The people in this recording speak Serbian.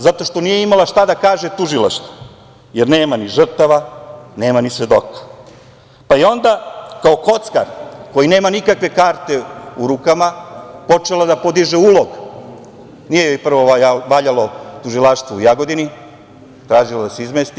Zato što nije imala šta da kaže tužilaštvu, jer nema ni žrtava, nema ni svedoka, pa je onda kao kockar koji nema nikakve karte u rukama počela da podiže ulog, nije joj prvo valjalo tužilaštvo u Jagodini, tražila je da se izmesti.